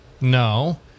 No